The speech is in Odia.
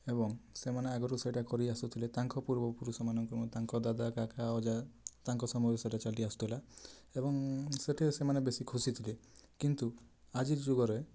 ଏବଂ ସେମାନେ ଆଗରୁ ସେଇଟା କରି ଆସୁଥିଲେ ତାଙ୍କ ପୂର୍ବପୁରୁଷ ମାନଙ୍କୁ ତାଙ୍କ ଦାଦା କାକା ଅଜା ତାଙ୍କ ସମୟରେ ସେଇଟା ଚାଲି ଆସୁଥିଲା ଏବଂ ସେଇଠି ସେମାନେ ବେଶୀ ଖୁସି ଥିଲେ କିନ୍ତୁ ଆଜିର୍ ଯୁଗରେ